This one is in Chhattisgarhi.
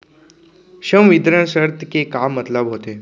संवितरण शर्त के का मतलब होथे?